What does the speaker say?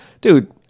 Dude